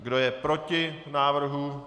Kdo je proti návrhu?